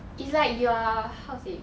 it's like you are how to say